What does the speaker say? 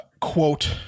quote